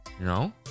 No